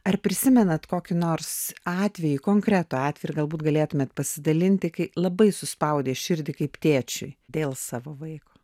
ar prisimenat kokį nors atvejį konkretų atvejį ir galbūt galėtumėt pasidalinti kai labai suspaudė širdį kaip tėčiui dėl savo vaiko